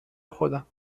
خودم